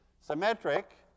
Symmetric